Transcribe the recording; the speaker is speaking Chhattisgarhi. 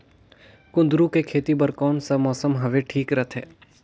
कुंदूरु के खेती बर कौन सा मौसम हवे ठीक रथे?